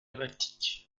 baltique